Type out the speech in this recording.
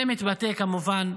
זה מתבטא, כמובן,